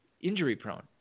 injury-prone